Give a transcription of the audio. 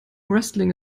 wrestling